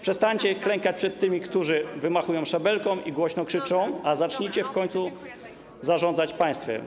Przestańcie klękać przed tymi, którzy wymachują szabelką i głośno krzyczą, a zacznijcie w końcu zarządzać państwem.